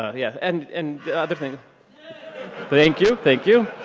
ah yeah and and the other thing but thank you, thank you.